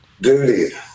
duty